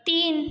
तीन